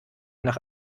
nach